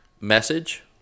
message